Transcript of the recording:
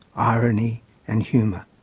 irony and humour,